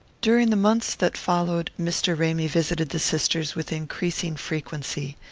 during the months that followed, mr. ramy visited the sisters with increasing frequency.